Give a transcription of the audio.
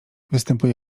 występuje